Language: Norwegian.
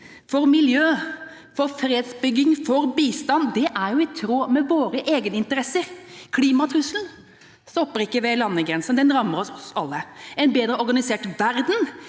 miljø, fredsbygging og bistand er i tråd med våre egeninteresser. Klimatrusselen stopper ikke ved landegrensen, den rammer oss alle. En bedre organisert verden